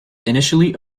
initially